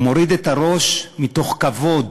הוא מוריד את הראש מתוך כבוד.